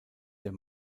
der